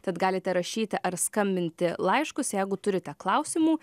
tad galite rašyti ar skambinti laiškus jeigu turite klausimų